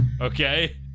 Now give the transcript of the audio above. Okay